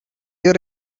your